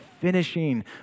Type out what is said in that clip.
finishing